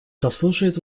заслушает